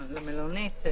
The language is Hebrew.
למלונית.